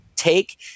Take